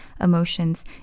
emotions